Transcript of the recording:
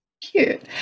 Cute